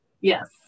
yes